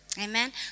Amen